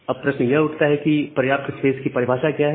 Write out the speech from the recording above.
अब प्रश्न यह उठता है कि "पर्याप्त स्पेस" की परिभाषा क्या है